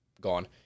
gone